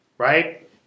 Right